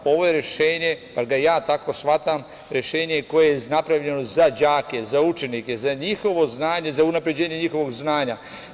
Ovo je rešenje, bar ga ja tako shvatam, koje je napravljeno za đake, za učenike, za njihovo znanje, za unapređenje njihovog znanja.